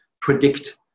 predict